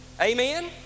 Amen